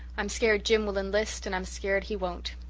i'm scared jim will enlist and i'm scared he won't.